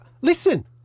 Listen